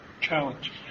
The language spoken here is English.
challenge